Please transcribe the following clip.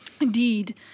indeed